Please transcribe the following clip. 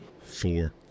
Four